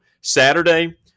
Saturday